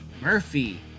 Murphy